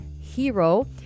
Hero